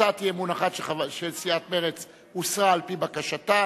הצעת אי-אמון אחת של סיעת מרצ הוסרה על-פי בקשתה.